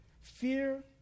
fear